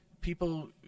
people